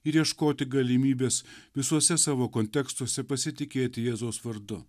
ir ieškoti galimybės visuose savo kontekstuose pasitikėti jėzaus vardu